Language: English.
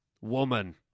woman